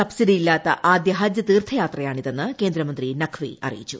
സബ്സിഡിയില്ലാത്ത ആദ്യ ഹജ്ജ് തീർത്ഥ യാത്രയാണിതെന്ന് കേന്ദ്രമന്ത്രി നഖ്വി അറിയിച്ചു